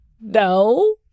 No